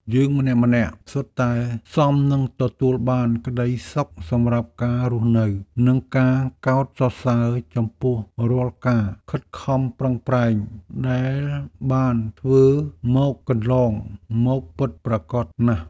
យើងម្នាក់ៗសុទ្ធតែសមនឹងទទួលបានក្ដីសុខសម្រាប់ការរស់នៅនិងការកោតសរសើរចំពោះរាល់ការខិតខំប្រឹងប្រែងដែលបានធ្វើមកកន្លងមកពិតប្រាកដណាស់។